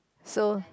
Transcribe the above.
so